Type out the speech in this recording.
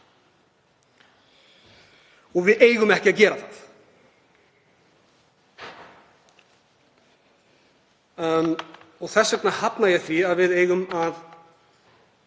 Við eigum ekki að gera það. Þess vegna hafna ég því að við eigum að